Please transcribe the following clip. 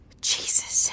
Jesus